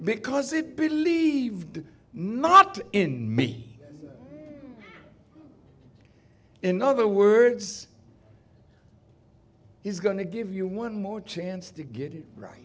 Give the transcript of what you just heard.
because it believed not in me in other words he's going to give you one more chance to get it right